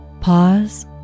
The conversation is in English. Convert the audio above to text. pause